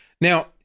Now